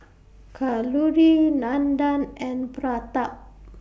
Kalluri Nandan and Pratap